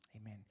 Amen